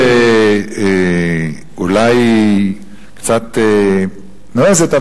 שאולי היא קצת נועזת,